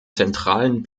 zentralen